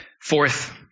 Fourth